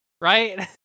Right